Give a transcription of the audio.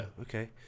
Okay